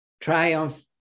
triumph